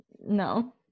no